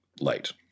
light